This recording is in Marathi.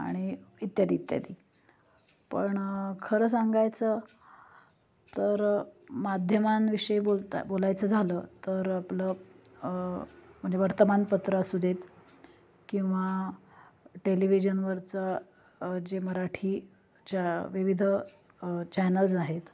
आणि इत्यादी इत्यादी पण खरं सांगायचं तर माध्यमांविषयी बोलता बोलायचं झालं तर आपलं म्हणजे वर्तमानपत्र असू देत किंवा टेलिव्हजनवरचं जे मराठी चॅ विविध चॅनल्स आहेत